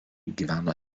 gyveno